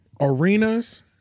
arenas